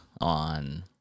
on